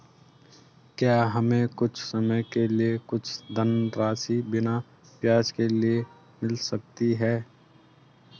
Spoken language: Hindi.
क्या हमें कुछ समय के लिए कुछ धनराशि बिना ब्याज के मिल सकती है?